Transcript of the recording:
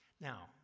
Now